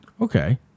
Okay